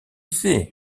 sait